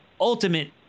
ultimate